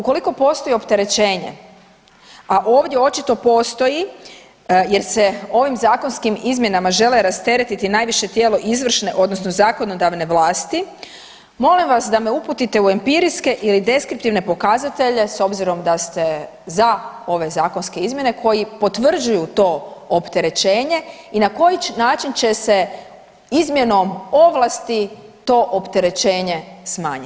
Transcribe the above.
Ukoliko postoji opterećenje, a ovdje očito postoji jer se ovim zakonskim izmjenama žele rasteretiti najviše tijelo izvršne odnosno zakonodavne vlasti molim vas da me uputite u empirijske ili deskriptivne pokazatelje s obzirom da ste za ove zakonske izmjene koji potvrđuju to opterećenje i na koji način će se izmjenom ovlasti to opterećenje smanjiti.